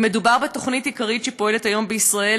ומדובר בתוכנית עיקרית שפועלת היום בישראל